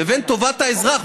לבין טובת האזרח,